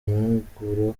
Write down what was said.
impuguro